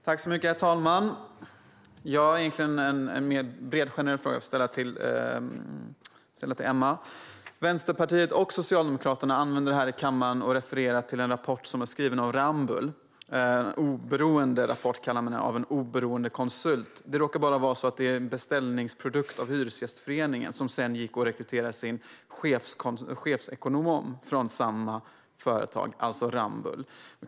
Herr talman! Jag har en mer generell fråga som jag vill ställa till Emma. Vänsterpartiet och Socialdemokraterna använder här i kammaren, och refererar till, en rapport som är skriven av Ramböll. Man kallar den en oberoende rapport av en oberoende konsult. Det råkar bara vara en beställningsprodukt från Hyresgästföreningen, som sedan gick och rekryterade sin chefsekonom från samma företag, alltså Ramböll.